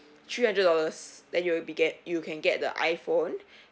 three hundred dollars then you will be get you can get the iphone